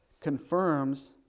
confirms